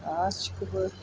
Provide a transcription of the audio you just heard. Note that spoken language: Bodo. गासिखौबो